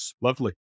lovely